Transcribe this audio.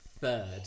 Third